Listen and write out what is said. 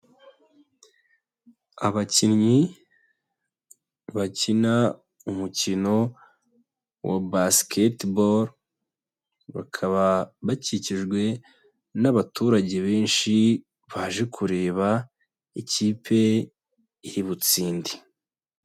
Abakinnyi bakina umukino wa Basketball, bakaba bakikijwe n'abaturage benshi baje kureba ikipe iri butsinde.